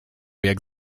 jak